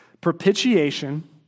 Propitiation